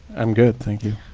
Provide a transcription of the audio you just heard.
i'm good, thank you.